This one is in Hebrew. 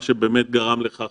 מה שבאמת גרם לכך